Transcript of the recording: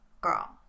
Girl